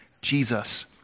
Jesus